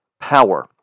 power